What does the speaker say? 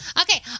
Okay